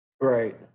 Right